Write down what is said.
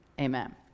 amen